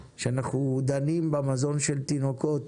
שאנחנו דנים במזון של תינוקות